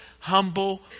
humble